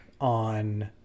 on